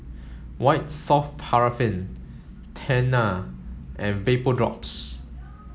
white soft paraffin Tena and Vapodrops